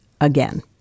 again